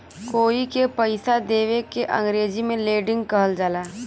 कोई के पइसा देवे के अंग्रेजी में लेंडिग कहल जाला